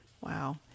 Wow